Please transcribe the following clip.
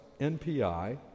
NPI